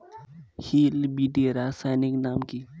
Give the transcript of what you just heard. Hill বিটি রাসায়নিক নাম কি?